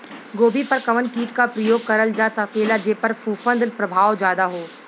गोभी पर कवन कीट क प्रयोग करल जा सकेला जेपर फूंफद प्रभाव ज्यादा हो?